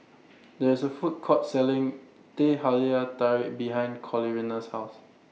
There IS A Food Court Selling Teh Halia Tarik behind Corina's House